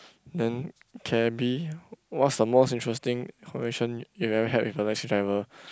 then cabby what's the most interesting conversation you have ever had with a taxi driver